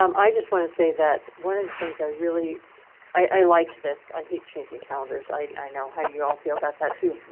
um i just want to say that one of the things i really i i like this. i hate changing calendars. i i know how you all feel about that too,